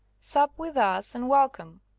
sup with us, and welcome.